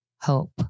hope